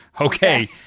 okay